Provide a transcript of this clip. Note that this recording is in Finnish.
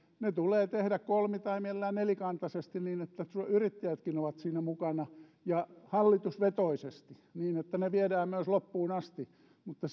ne tulee tehdä kolmi tai mielellään nelikantaisesti niin että yrittäjätkin ovat siinä mukana ja hallitusvetoisesti niin että ne viedään myös loppuun asti mutta